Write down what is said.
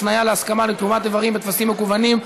הפניה להסכמה לתרומת אברים בטפסים מקוונים),